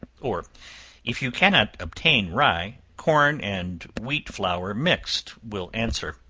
or if you cannot obtain rye, corn and wheat flour mixed will answer